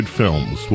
films